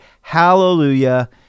Hallelujah